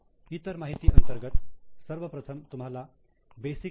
इतर माहिती अंतर्गत सर्वप्रथम तुम्हाला बेसिक इ